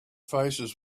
faces